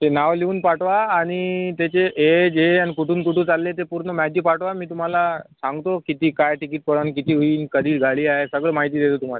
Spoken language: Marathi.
ते नावं लिहून पाठवा आणि त्याचे एज हे आणि कुठून कुठे चालले ते पूर्ण माहिती पाठवा मी तुम्हाला सांगतो किती काय ते कितीपर्यंत किती होईल कधी गाडी आहे सगळी माहिती देतो तुम्हाला